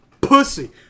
Pussy